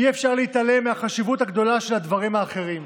אי-אפשר להתעלם מהחשיבות הגדולה של הדברים האחרים,